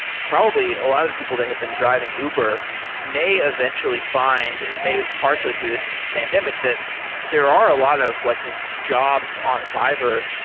probably, a lot of people that have been driving uber may eventually find partially through this pandemic that there are a lot of like jobs on fiverr,